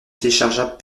téléchargeable